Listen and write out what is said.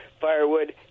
firewood